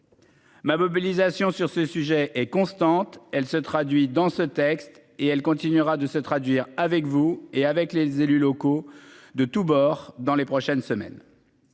Ma mobilisation sur ce sujet est constante, elle se traduit dans ce texte et elle continuera de se traduire avec vous et avec les élus locaux de tous bords dans les prochaines semaines.